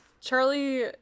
Charlie